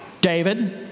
David